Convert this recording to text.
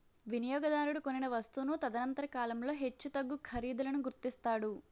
వినియోగదారుడు కొనిన వస్తువును తదనంతర కాలంలో హెచ్చుతగ్గు ఖరీదులను గుర్తిస్తాడు